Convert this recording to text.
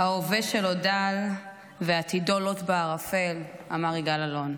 ההווה שלו דל ועתידו לוט בערפל", אמר יגאל אלון.